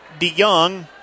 DeYoung